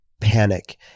panic